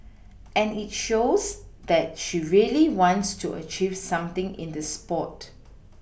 and it shows that she really wants to achieve something in the sport